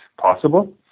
possible